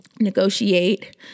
negotiate